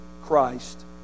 Christ